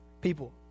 people